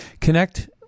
Connect